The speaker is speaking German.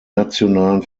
nationalen